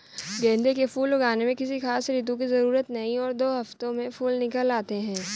गेंदे के फूल उगाने में किसी खास ऋतू की जरूरत नहीं और दो हफ्तों में फूल निकल आते हैं